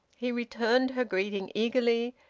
he returned her greeting eagerly,